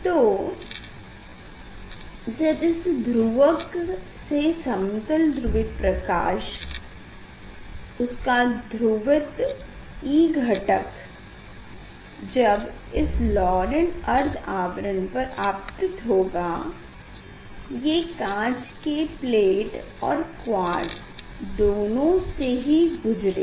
तो जब इस ध्रुवक से समतल ध्रुवित प्रकाश उसका ध्रुवित E घटक जब इस लौरेंट अर्ध आवरण पर आपतित होगा ये काँच के प्लेट और क्वार्ट्ज़ दोनों से ही गुजारेगी